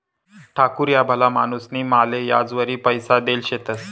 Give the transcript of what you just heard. ठाकूर ह्या भला माणूसनी माले याजवरी पैसा देल शेतंस